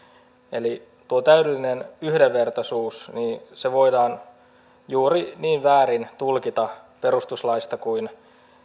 eli tuo täydellinen yhdenvertaisuus voidaan juuri niin väärin tulkita perustuslaista kuin